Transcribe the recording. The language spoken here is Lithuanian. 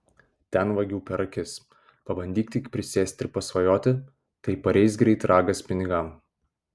ten vagių per akis pabandyk tik prisėsti ir pasvajoti tai pareis greit ragas pinigam